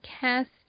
cast